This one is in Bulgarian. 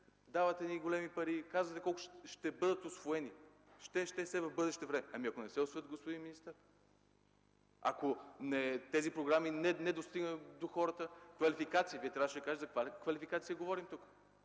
давате едни големи пари, казвате колко ще бъдат усвоени. Ще, ще – все в бъдеще време. Ами, ако не се усвоят, господин министър, ако тези програми не достигнат до хората? Тоест Вие трябваше да кажете за каква квалификация говорим тук,